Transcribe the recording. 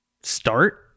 start